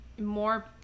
more